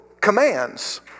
commands